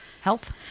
health